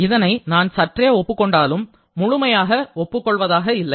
இதனை நான் சற்றே ஒப்புக்கொண்டாலும் முழுமையாக ஒப்புக் கொள்வதாக இல்லை